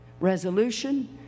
resolution